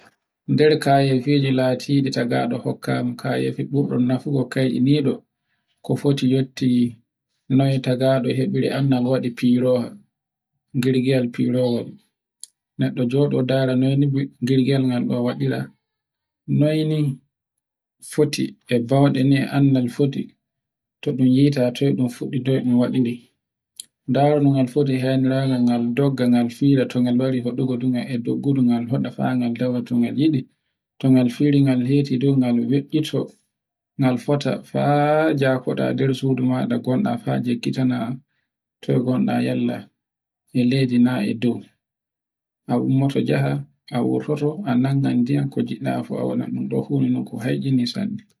Nder kaya fiji latiɗi tagaɗo hokkama ka heyi burgo nafugo yahi kai iniɗo. Kofoti yotti noy tagaɗo yotti noy tagaɗo hebiri annal waɗi firowal, girgiwal firowa. Neɗɗo joɗo ndara noy mni girgiwal ngal ɗo waɗira. Noy ni foti e bawɗe ni e annal foti to ɗun hyi ta toy ɗun fuɗɗi dow ɗun waɗiri. ndaru no ngal foti ngal fira ton gal lori ngal hoɗa fa ngal liroto e ngal yiɗi. to ngal firi ngal heti dow ngal weiito, ngal fota faa jakoɗa nder sudu maɗa ngonɗa a jekkitana toy gonɗa yalla e leydi na e dow a ummoto njaha a wurtoto a nangai ndiyan ko jiɗɗa fu a waɗai ɗun fu ko heccini sanne.